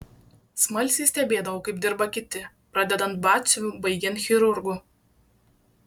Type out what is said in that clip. smalsiai stebėdavau kaip dirba kiti pradedant batsiuviu baigiant chirurgu